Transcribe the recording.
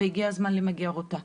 והגיע הזמן למגר אותה.